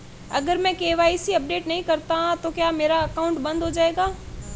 अगर मैं KYC update नहीं करता तो क्या मेरा अकाउंट बंद हो जाएगा?